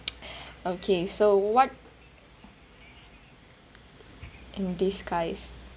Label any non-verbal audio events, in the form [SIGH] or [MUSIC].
[NOISE] okay so what in disguise